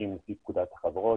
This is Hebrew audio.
מתפרקים לפי פקודת החברות.